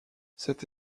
cette